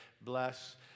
Bless